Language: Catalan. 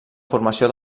formació